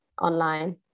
online